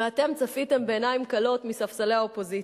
ואתם צפיתם בעיניים כלות מספסלי האופוזיציה.